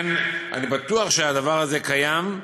לכן, אני בטוח שהדבר הזה קיים,